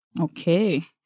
Okay